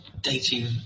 dating